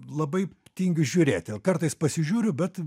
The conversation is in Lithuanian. labai tingiu žiūrėti kartais pasižiūriu bet